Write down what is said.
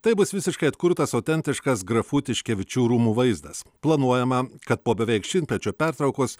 taip bus visiškai atkurtas autentiškas grafų tiškevičių rūmų vaizdas planuojama kad po beveik šimtmečio pertraukos